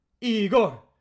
Igor